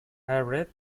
arid